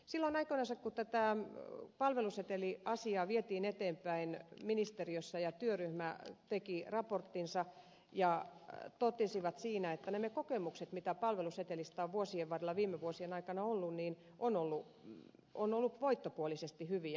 silloin aikoinansa kun tätä palveluseteliasiaa vietiin eteenpäin ministeriössä ja työryhmä teki raporttinsa se totesi siinä että nämä kokemukset mitä palvelusetelistä on vuosien varrella viime vuosien aikana ollut ovat olleet voittopuolisesti hyviä